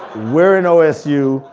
we're in osu,